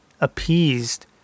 Appeased